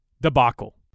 debacle